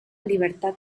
libertad